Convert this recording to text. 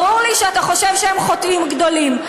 ברור לי שאתה חושב שהם חוטאים גדולים,